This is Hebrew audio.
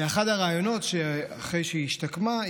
באחד הראיונות אחרי שהיא השתקמה,